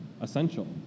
essential